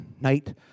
Night